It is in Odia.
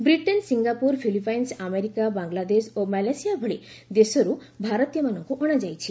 Britain Singapore Philippines America Bangladesh ଓ ମ୍ୟାଲେସିଆ ଭଳି ଦେଶରୁ ଭାରତୀୟମାନଙ୍କୁ ଅଣାଯାଇଛି